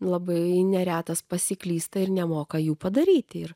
labai neretas pasiklysta ir nemoka jų padaryti ir